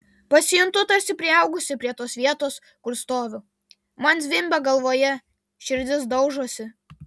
pasijuntu tarsi priaugusi prie tos vietos kur stoviu man zvimbia galvoje širdis daužosi